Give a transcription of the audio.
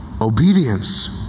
Obedience